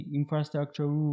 infrastructure